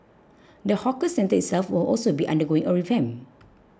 the hawker centre itself will also be undergoing a revamp